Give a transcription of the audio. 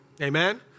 amen